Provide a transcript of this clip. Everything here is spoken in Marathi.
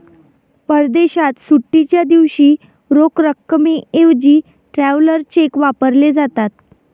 परदेशात सुट्टीच्या दिवशी रोख रकमेऐवजी ट्रॅव्हलर चेक वापरले जातात